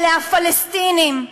אלה הפלסטינים,